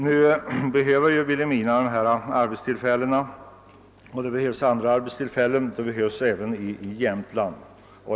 Nu behöver Vilhelmina dessa arbetstillfällen, och det behövs arbetstillfällen även i Jämtland.